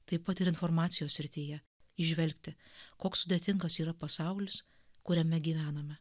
taip pat ir informacijos srityje įžvelgti koks sudėtingas yra pasaulis kuriame gyvename